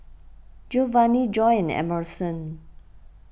Giovani Joy and Emerson